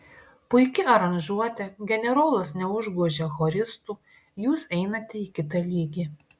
puiki aranžuotė generolas neužgožė choristų jūs einate į kitą lygį